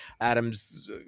Adam's